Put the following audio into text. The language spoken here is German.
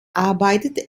arbeitete